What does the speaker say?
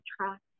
trust